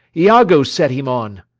iago set him on.